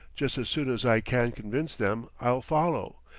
just as soon as i can convince them, i'll follow,